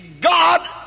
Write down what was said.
God